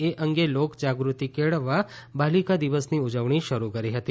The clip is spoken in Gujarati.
એ અંગે લોકજાગૃતિ કેળવવા બાલિકા દિવસની ઉજવણી શરૂ કરી હતી